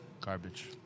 Garbage